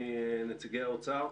נציגי האוצר.